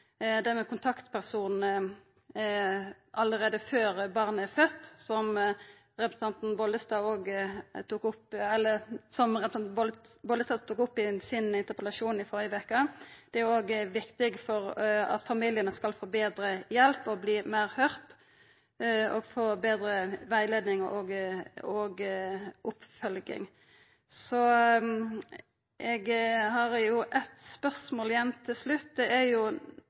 med kontaktperson allereie før barnet er født, som representanten Bollestad tok opp i sin interpellasjon i førre veke, er òg viktig for at familiane skal få betre hjelp, verta høyrde i større grad og få betre rettleiing og oppfølging. Så har eg eit spørsmål igjen til slutt om desse retningslinjene. Er